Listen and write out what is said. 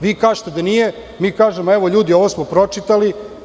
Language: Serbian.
Vi kažete da nije, mi kažemo – evo, ljudi, ovo smo pročitali.